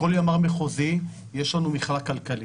בכל ימ"ר מחוזי יש לנו מפלג כלכלי,